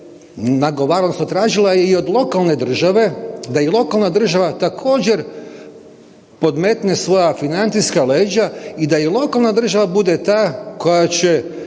odnosno tražila i od lokalne države, da i lokalna država također, podmetne svoja financijska leđa i da i lokalna država bude ta koja će